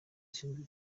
zishinzwe